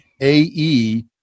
A-E